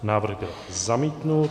Návrh byl zamítnut.